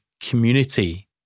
community